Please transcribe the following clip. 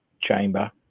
chamber